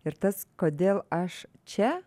ir tas kodėl aš čia